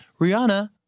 Rihanna